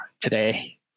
today